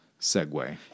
segue